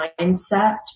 mindset